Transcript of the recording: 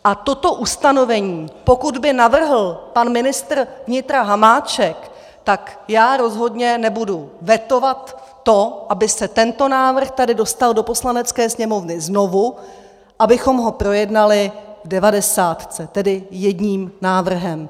A toto ustanovení, pokud by navrhl pan ministr vnitra Hanáček, tak já rozhodně nebudu vetovat to, aby se tento návrh dostal do Poslanecké sněmovny znovu, abychom ho projednali v devadesátce, tedy jedním návrhem.